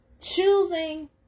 Choosing